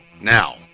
Now